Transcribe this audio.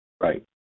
Right